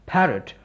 Parrot